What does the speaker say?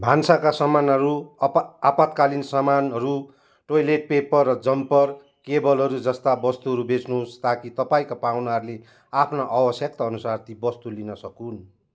भान्साका सामानहरू अपा आपतकालीन सामानहरू टोइलेट पेपर र जम्पर केबलहरू जस्ता वस्तुहरू बेच्नुहोस् ताकि तपाईँका पाहुनाहरूले आफ्ना आवश्यकता अनुसार ती वस्तु लिनु सकुन्